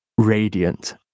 radiant